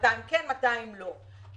200 כן, 200 לא.